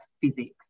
physics